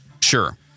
Sure